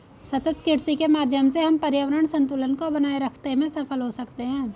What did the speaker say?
सतत कृषि के माध्यम से हम पर्यावरण संतुलन को बनाए रखते में सफल हो सकते हैं